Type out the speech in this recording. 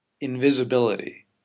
invisibility